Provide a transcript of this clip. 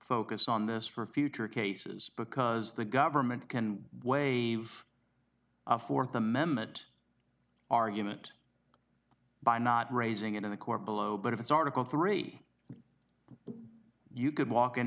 focus on this for future cases because the government can waive a th amendment argument by not raising it in the court below but if it's article three you could walk in